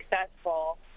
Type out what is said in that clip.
successful